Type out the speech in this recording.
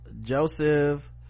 Joseph